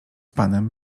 panem